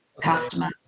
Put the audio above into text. customer